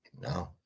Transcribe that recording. no